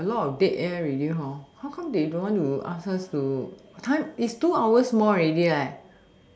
like a lot of dead air already hor how come they don't to ask her to it's two hours more already